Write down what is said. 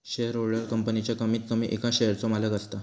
shareholder कंपनीच्या कमीत कमी एका शेयरचो मालक असता